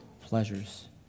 pleasures